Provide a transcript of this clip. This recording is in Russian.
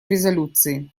резолюции